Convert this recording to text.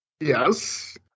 yes